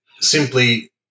simply